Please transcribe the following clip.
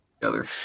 together